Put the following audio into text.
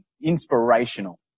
inspirational